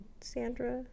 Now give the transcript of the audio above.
Sandra